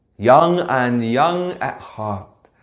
young and young at heart,